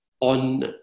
on